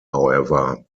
however